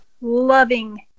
loving